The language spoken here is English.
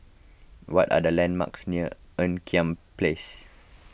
what are the landmarks near Ean Kiam Place